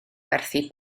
werthu